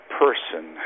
person